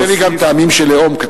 נדמה לי שגם טעמים של לאום,